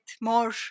more